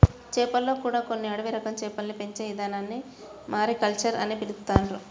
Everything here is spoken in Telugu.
చేపల్లో కూడా కొన్ని అడవి రకం చేపల్ని పెంచే ఇదానాన్ని మారికల్చర్ అని పిలుత్తున్నారు